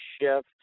shift